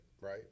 right